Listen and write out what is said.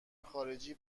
خارجی